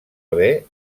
haver